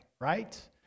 right